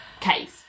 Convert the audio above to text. case